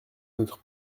notre